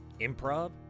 improv